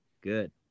good